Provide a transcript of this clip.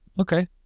Okay